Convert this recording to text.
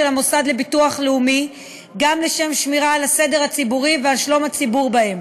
המוסד לביטוח לאומי גם לשם שמירה על הסדר הציבורי ועל שלום הציבור בהם.